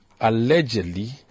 allegedly